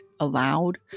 allowed